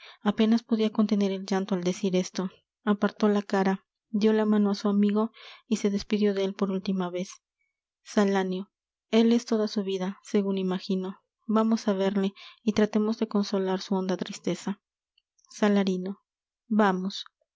apenas podia contener el llanto al decir esto apartó la cara dió la mano á su amigo y se despidió de él por última vez salanio él es toda su vida segun imagino vamos á verle y tratemos de consolar su honda tristeza salarino vamos